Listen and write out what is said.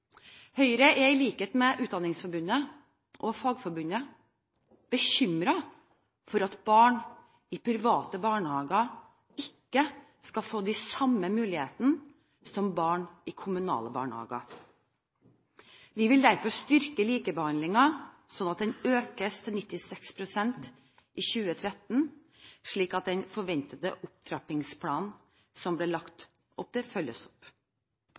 Høyre er i likhet med Utdanningsforbundet og Fagforbundet bekymret for at barn i private barnehager ikke skal få de samme mulighetene som barn i kommunale barnehager. Vi vil derfor styrke likebehandlingen, slik at den økes til 96 pst. i 2013, slik at den forventede opptrappingsplanen som det ble lagt opp til, følges opp.